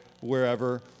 wherever